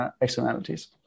externalities